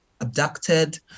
abducted